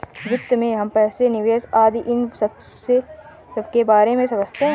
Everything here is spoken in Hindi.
वित्त में हम पैसे, निवेश आदि इन सबके बारे में समझते हैं